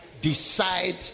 decide